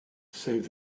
save